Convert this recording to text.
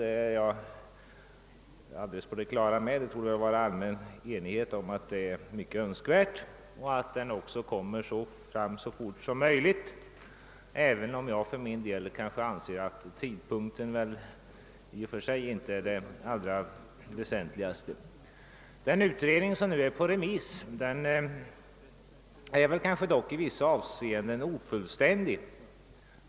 Det torde råda allmän enighet om att en sådan förbindelse är mycket önskvärd liksom om att den kommer till stånd så fort som möjligt, även om jag för min del kanske anser att tidpunkten i och för sig inte är det allra väsentligaste härvidlag. Den utredning som nu är på remiss är kanske i vissa avseenden ofullständig.